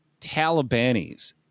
Talibanis